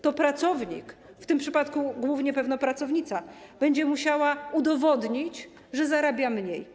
To pracownik, w tym przypadku głównie pewnie pracownica, będzie musiał udowodnić, że zarabia mniej.